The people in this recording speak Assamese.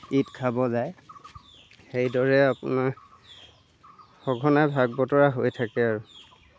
ঈদ খাব যায় সেইদৰে আপোনাৰ সঘনাই ভাগ বতৰা হৈ থাকে আৰু